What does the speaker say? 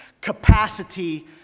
capacity